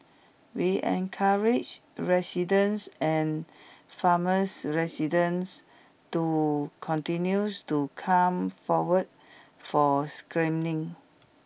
we encourage residents and farmers residents to continues to come forward for screening